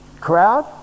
crowd